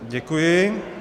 Děkuji.